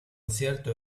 cierto